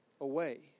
away